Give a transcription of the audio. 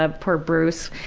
ah, poor bruce.